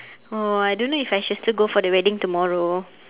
oh I don't know if I should still go for the wedding tomorrow